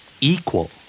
equal